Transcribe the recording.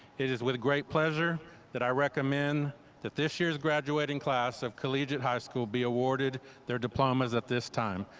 it is with great pleasure that i recommend that this year's graduating class of collegiate high school be awarded their diplomas at this time.